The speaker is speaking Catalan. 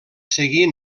seguir